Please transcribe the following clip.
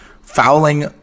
fouling